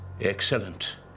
Excellent